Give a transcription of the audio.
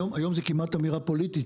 היום זה כמעט אמירה פוליטית,